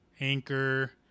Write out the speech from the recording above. Anchor